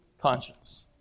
conscience